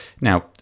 Now